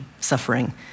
suffering